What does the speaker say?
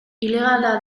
ilegala